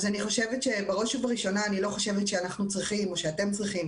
אז בראש ובראשונה אני לא חושבת שאנחנו צריכים או שאתם צריכים